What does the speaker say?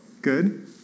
Good